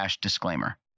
disclaimer